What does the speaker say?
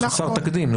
זה חסר תקדים,